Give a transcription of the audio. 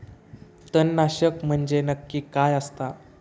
तणनाशक म्हंजे नक्की काय असता?